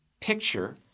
picture